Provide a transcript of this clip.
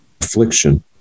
affliction